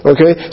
Okay